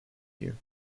here